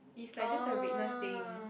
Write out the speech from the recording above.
it's like just the redness thing